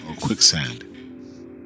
quicksand